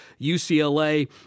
UCLA